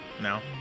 No